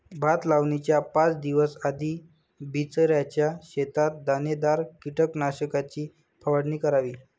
भात लावणीच्या पाच दिवस आधी बिचऱ्याच्या शेतात दाणेदार कीटकनाशकाची फवारणी करावी